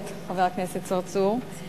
חבר הכנסת צרצור, תודה רבה על השאלות.